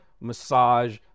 massage